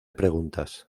preguntas